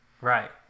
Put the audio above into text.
Right